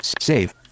Save